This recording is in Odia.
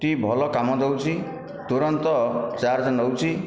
ଟି ଭଲ କାମ ଦେଉଛି ତୁରନ୍ତ ଚାର୍ଜ ନେଉଛି